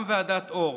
גם ועדת אור,